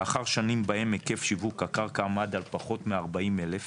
לאחר שנים בהם היקף שיווק הקרקע עמד על פחות מ-40 אלף